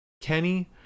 Kenny